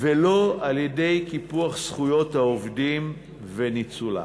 ולא על-ידי קיפוח זכויות העובדים וניצולם.